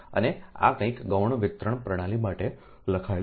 અને આ કંઈક ગૌણ વિતરણ પ્રણાલી માટે લખાયેલું છે